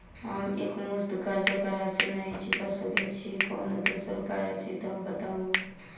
हम एकमुस्त कर्जा कऽ राशि नहि चुका सकय छी, कोनो दोसर उपाय अछि तऽ बताबु?